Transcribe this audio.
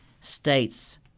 states